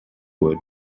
wood